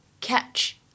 catch